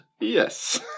yes